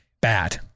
bad